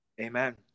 Amen